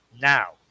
now